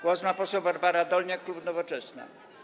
Głos ma poseł Barbara Dolniak, klub Nowoczesna.